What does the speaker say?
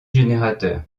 générateur